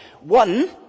One